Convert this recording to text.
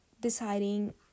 deciding